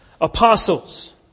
apostles